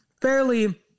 fairly